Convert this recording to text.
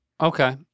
Okay